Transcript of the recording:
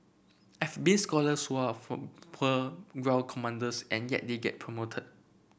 I've been scholars who are of poor ground commanders and yet they get promoted